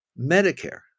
Medicare